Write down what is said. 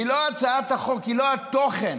אינה התוכן